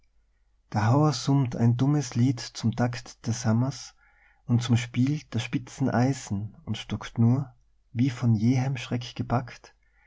der hauer summt ein dummes lied zum takt des hammers und zum spiel der spitzen eisen und stockt nur wie von jähem schreck gepackt